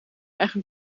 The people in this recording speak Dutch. eigen